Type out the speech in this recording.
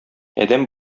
адәм